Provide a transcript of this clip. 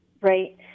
Right